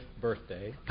birthday